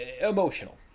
Emotional